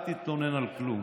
אל תתלונן על כלום.